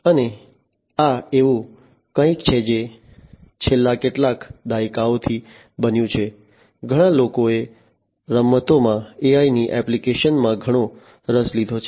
અને આ એવું કંઈક છે જે છેલ્લા કેટલાક દાયકાઓથી બન્યું છે ઘણા લોકોએ રમતોમાં AI ની એપ્લિકેશન માં ઘણો રસ લીધો છે